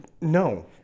No